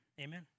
amen